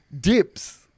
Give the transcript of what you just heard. dips